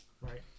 Right